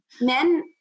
Men